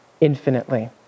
infinitely